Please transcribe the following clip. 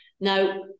Now